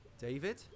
David